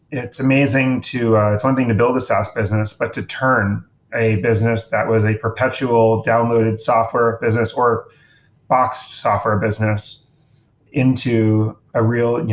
it's amazing to it's one thing to build a saas business, but to turn a business that was a perpetual downloaded software business, or box software business into a real,